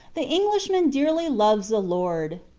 the englishman dearly loves a lord.